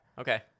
Okay